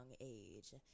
age